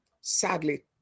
sadly